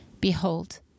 Behold